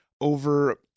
over